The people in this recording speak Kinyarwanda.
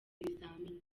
ibizamini